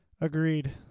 Agreed